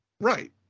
Right